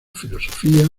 filosofía